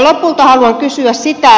lopulta haluan kysyä